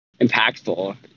impactful